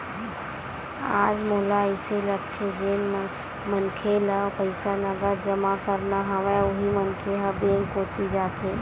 आज मोला अइसे लगथे जेन मनखे ल पईसा नगद जमा करना हवय उही मनखे ह बेंक कोती जाथे